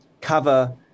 cover